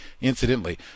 incidentally